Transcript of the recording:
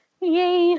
Yay